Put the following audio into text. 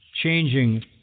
changing